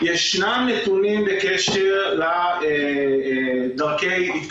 לגבי הקטע הדרומי, הוחלט